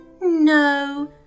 no